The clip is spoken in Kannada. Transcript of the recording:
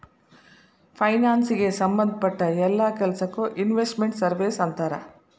ಫೈನಾನ್ಸಿಗೆ ಸಂಭದ್ ಪಟ್ಟ್ ಯೆಲ್ಲಾ ಕೆಲ್ಸಕ್ಕೊ ಇನ್ವೆಸ್ಟ್ ಮೆಂಟ್ ಸರ್ವೇಸ್ ಅಂತಾರ